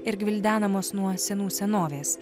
ir gvildenamos nuo senų senovės